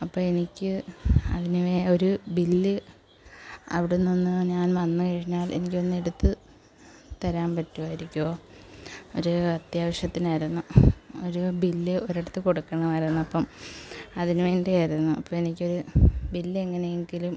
അപ്പോൾ എനിക്ക് അതിന് ഒരു ബില്ല് അവിടുന്ന് ഒന്ന് ഞാൻ വന്നു കഴിഞ്ഞാൽ എനിക്ക് ഒന്ന് എടുത്ത് തരാൻ പറ്റുമായിരിക്കോ ഒരു അത്യാവശ്യത്തിനായിരുന്നു ഒരു ബില്ല് ഒരിടുത്ത് കൊടുക്കണമായിരുന്നു അപ്പം അതിന് വേണ്ടിയായിരുന്നു അപ്പോൾ എനിക്ക് ഒരു ബില്ല് എങ്ങനെ എങ്കിലും